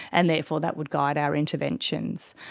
and therefore that would guide our interventions.